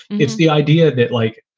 it's the idea that, like,